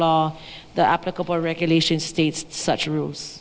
law the applicable regulation states such ru